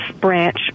Branch